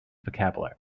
vocabulary